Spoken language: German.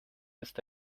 ist